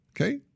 okay